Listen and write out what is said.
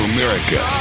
America